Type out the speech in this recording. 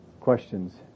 questions